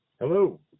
Hello